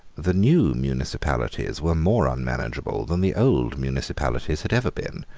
the new municipalities were more unmanageable than the old municipalities had ever been,